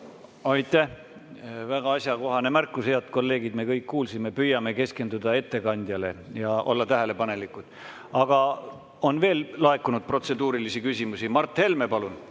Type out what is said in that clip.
Aitäh! Väga asjakohane märkus. Head kolleegid, me kõik kuulsime. Püüame keskenduda ettekandjale ja olla tähelepanelikud. Aga veel on protseduurilisi küsimusi laekunud. Mart Helme, palun!